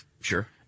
Sure